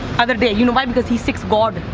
other day. you know why? because he's sex god.